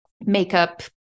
makeup